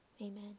Amen